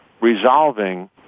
resolving